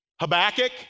habakkuk